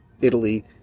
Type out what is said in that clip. Italy